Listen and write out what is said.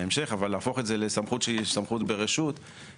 זה לגבי קביעת חובת היעדים.